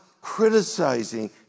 criticizing